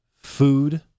food